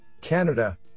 Canada